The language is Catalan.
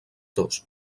dos